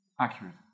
Accurate